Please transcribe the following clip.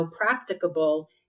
practicable